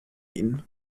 ihn